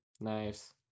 Nice